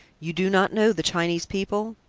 you do not know the chinese people?